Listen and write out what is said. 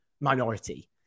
minority